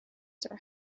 sir